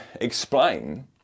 explain